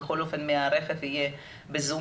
בכל אופן הוא יהיה איתנו בזום.